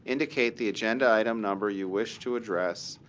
indicate the agenda item number you wish to address,